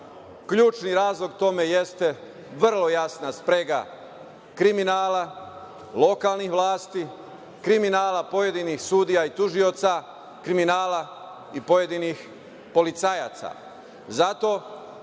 Ključni razlog tome jeste vrlo jasna sprega kriminala lokalnih vlasti, kriminala pojedinih sudija i tužioca, kriminala i pojedinih policajaca. Zato